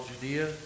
Judea